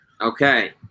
Okay